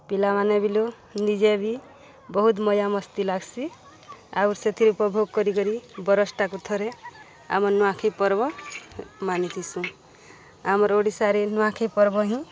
ପିଲାମାନେ ବିଲୁ ନିଜେ ବି ବହୁତ୍ ମଜା ମସ୍ତି ଲାଗ୍ସି ଆଉ ସେଥିରେ ଉପଭୋଗ୍ କରିକରି ବରଷ୍ଟାକୁ ଥରେ ଆମର୍ ନୂଆଖାଇ ପର୍ବ ମାନିଥିସୁଁ ଆମର୍ ଓଡ଼ିଶାରେ ନୂଆଖାଇ ପର୍ବ ହିଁ